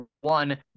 one